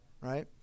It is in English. right